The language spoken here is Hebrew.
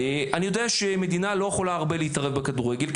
אני יודע שמדינה לא יכולה להתערב הרבה בכדורגל,